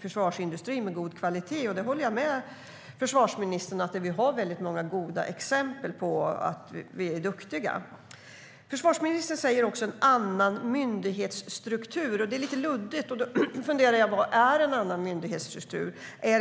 försvarsindustri med god kvalitet. Jag håller med försvarsministern om att vi har många goda exempel på att vi är duktiga. Försvarsministern talar om en "annan myndighetsstruktur". Det är lite luddigt. Jag funderar över vad en "annan myndighetsstruktur" är.